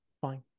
fine